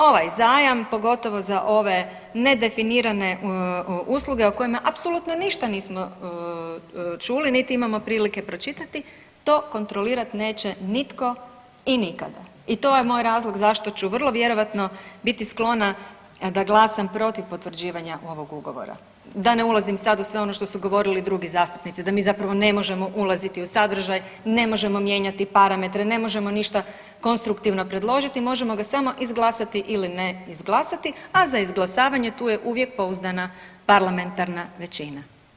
Ovaj zajam, pogotovo za ove ne definirane usluge o kojima apsolutno ništa nismo čuli niti imamo prilike pročitati to kontrolirat neće nitko i nikada i to je moj razlog zašto ću vrlo vjerojatno biti sklona da glasam protiv potvrđivanja ovog ugovora, da ne ulazim sad u sve ono što su govorili drugi zastupnici, da mi zapravo ne možemo ulaziti u sadržaj, ne možemo mijenjati parametre, ne možemo ništa konstruktivno predložiti, možemo ga samo izglasati ili ne izglasati, a za izglasavanje tu je uvijek pouzdana parlamentarna većina.